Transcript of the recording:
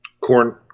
corn